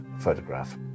photograph